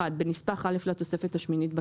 בנספח א' לתוספת השמינית,